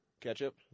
Ketchup